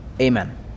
Amen